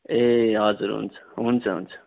ए हजुर हुन्छ हुन्छ हुन्छ